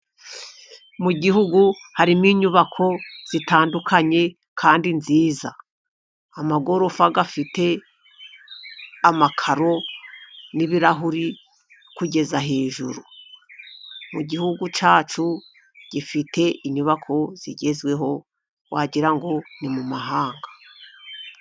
Mu gihugu harimo inyubako zitandukanye kandi nziza. Amagorofa afite amakaro n'ibirahuri kugeza hejuru. Mu gihugu cyacu gifite inyubako zigezweho, wagira ngo ni mu mahanga.